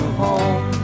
home